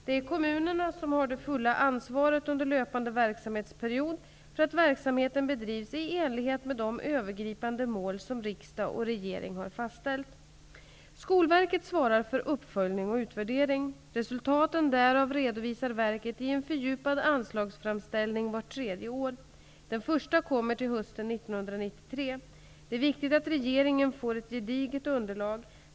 Det är kommunerna som har det fulla ansvaret under löpande verksamhetsperiod för att verksamheten bedrivs i enlighet med de övergripande mål som riksdag och regering har fastställt. Skolverket svarar för uppföljning och utvärdering. Resultaten därav redovisar verket i en fördjupad anslagsframställning vart tredje år. Den första kommer till hösten 1993. Det är viktigt att regeringen får ett gediget underlag.